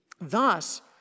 Thus